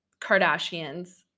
Kardashians